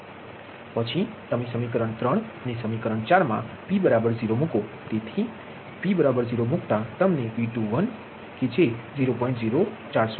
પછી તમે સમીકરણ અને સમીકરણ મા p0 મૂકો તેથી જ્યારે તમે p0 મૂકો જે તમને V21 જેથી આ તમને 0